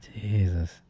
Jesus